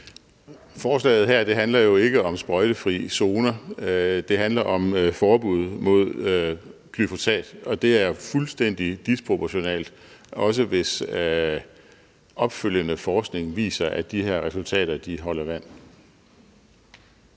Forslaget her handler jo ikke om sprøjtefri zoner; det handler om forbud mod glyfosat. Og det er fuldstændig disproportionalt – også hvis opfølgende forskning viser, at de her resultater holder vand.